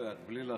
בבקשה.